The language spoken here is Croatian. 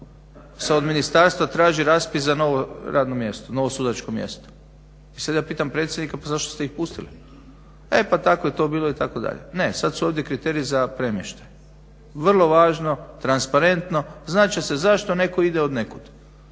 od ministarstva traži raspis za novo radno mjesto, novo sudačko mjesto. I sad ja pitam predsjednika pa zašto ste ih pustili? E pa tako je to bilo itd. , ne sad su ovdje kriteriji za premještaj. Vrlo važno, transparentno znat će se zašto netko ide od nekud,